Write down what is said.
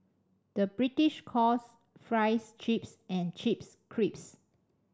the British calls fries chips and chips crisps